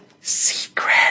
secret